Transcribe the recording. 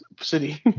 city